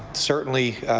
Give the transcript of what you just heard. certainly